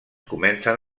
comencen